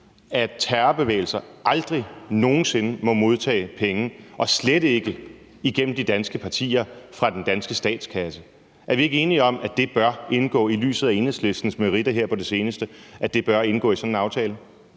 at terrorbevægelser aldrig nogen sinde må modtage penge og slet ikke igennem de danske partier fra den danske statskasse? Er vi ikke enige om, at det i lyset af Enhedslistens meritter her på det seneste bør indgå i sådan en aftale?